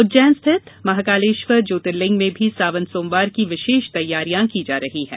उज्जैन स्थित महाकालेश्वर ज्योतिर्लिंग में भी सावन सोमवार की विशेष तैयारियां की जा रही हैं